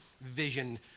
vision